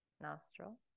nostril